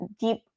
deep